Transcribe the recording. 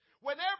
Whenever